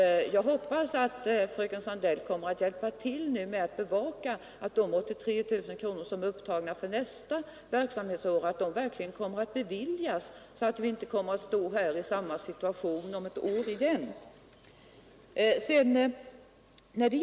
Jag hoppas att fröken Sandell nu kommer att hjälpa till att bevaka att de 83 000 kronor som är äskade för nästa verksamhetsår verkligen beviljas, så att vi inte står i samma situation om ett år igen.